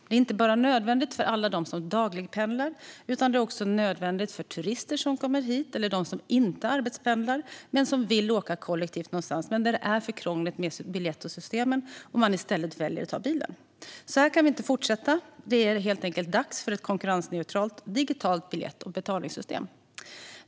Det är inte bara nödvändigt för alla dem som pendlar dagligen utan också för turister och för dem som inte arbetspendlar och vill åka kollektivt men väljer att ta bilen eftersom biljettsystemet är för krångligt. Så här kan det inte fortsätta. Det är helt enkelt dags för ett konkurrensneutralt digitalt biljett och betalsystem.